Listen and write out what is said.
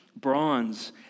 bronze